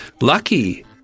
lucky